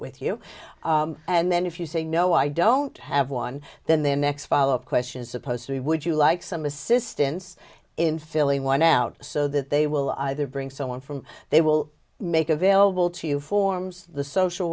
with you and then if you say no i don't have one then the next follow up question is supposed to be would you like some assistance in filling one out so that they will either bring someone from they will make available to you forms the social